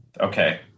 Okay